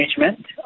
management